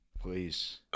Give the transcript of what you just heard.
Please